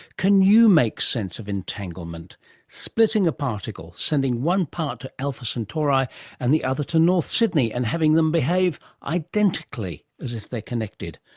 can you make sense of entanglement splitting a particle, sending one part to alpha centauri and the other to north sydney and having them behave identically as if they are connected,